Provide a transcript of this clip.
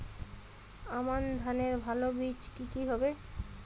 আমান ধানের ভালো বীজ কি কি হবে?